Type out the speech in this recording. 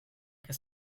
que